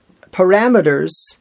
parameters